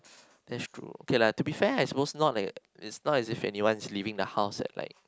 that's true okay lah to be fair I suppose not like it's not as if anyone is leaving the house at like